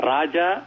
Raja